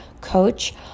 coach